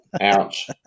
ouch